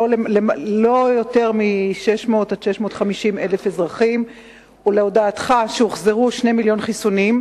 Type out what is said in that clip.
לא יותר מ-600,000 650,000 אזרחים והודעתך שהוחזרו 2 מיליוני חיסונים,